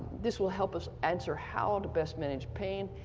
this will help us answer how to best manage pain,